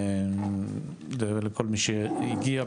לכל מי שהגיע,